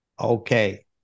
Okay